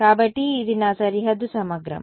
కాబట్టి ఇది నా సరిహద్దు సమగ్రం